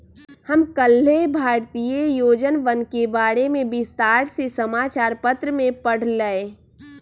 हम कल्लेह भारतीय योजनवन के बारे में विस्तार से समाचार पत्र में पढ़ लय